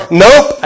nope